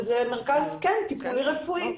וכן זה מרכז טיפולי רפואי,